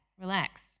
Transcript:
relax